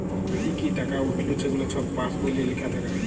কি কি টাকা উইঠল ছেগুলা ছব পাস্ বইলে লিখ্যা থ্যাকে